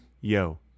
Yo